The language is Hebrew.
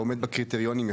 ועומד בקריטריונים,